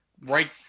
right